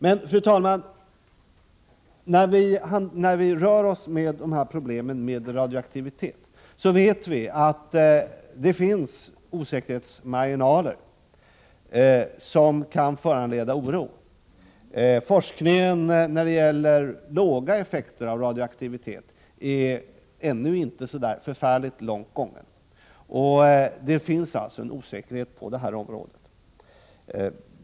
Men när vi rör oss med problemen med radioaktivitet, vet vi att det finns osäkerhetsmarginaler som kan föranleda oro. Forskningen när det gäller låga effekter av radioaktivitet är ännu inte så långt kommen. Det finns alltså en osäkerhet på detta område.